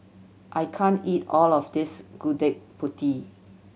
I can't eat all of this Gudeg Putih